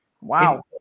Wow